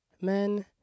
men